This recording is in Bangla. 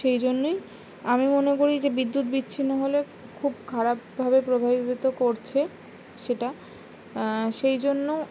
সেই জন্যই আমি মনে করি যে বিদ্যুৎ বিচ্ছিন্ন হলে খুব খারাপভাবে প্রভাবিত করছে সেটা সেই জন্য